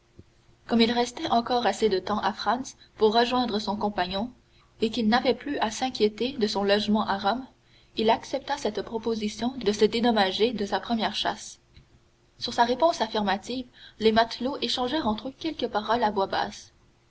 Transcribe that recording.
comme il restait encore assez de temps à franz pour rejoindre son compagnon et qu'il n'avait plus à s'inquiéter de son logement à rome il accepta cette proposition de se dédommager de sa première chasse sur sa réponse affirmative les matelots échangèrent entre eux quelques paroles à voix basse